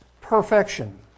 perfection